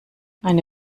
eine